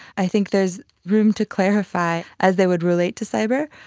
i think there is room to clarify as they would relate to cyber,